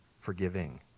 forgiving